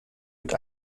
mit